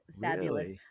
fabulous